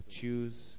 choose